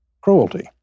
cruelty